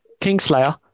Kingslayer